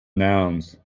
nouns